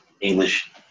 English